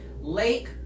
Lake